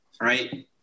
right